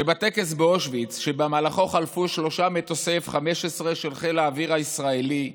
שבטקס באושוויץ שבמהלכו חלפו שלושה מטוסי F15 של חיל האוויר הישראלי,